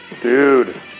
dude